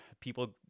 people